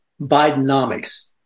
Bidenomics